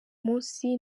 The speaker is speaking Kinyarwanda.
munsi